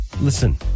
Listen